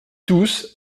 tous